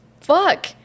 Fuck